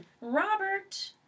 Robert